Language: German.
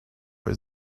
bei